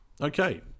Okay